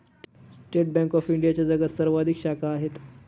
state bank of इंडियाच्या जगात सर्वाधिक शाखा आहेत